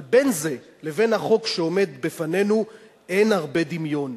אבל בין זה לבין החוק שעומד בפנינו אין הרבה דמיון.